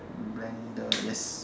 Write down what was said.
blender yes